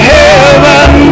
heaven